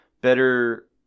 Better